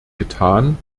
getan